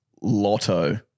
Lotto